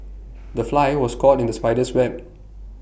the fly was caught in the spider's web